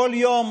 כל יום